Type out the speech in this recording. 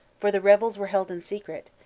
for the revels were held in secret,